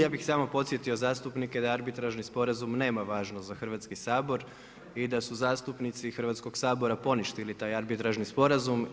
Ja bih samo podsjetio zastupnike da arbitražni sporazum nema važnost za Hrvatski sabor i da su zastupnici Hrvatskog sabora poništili taj arbitražni sporazum.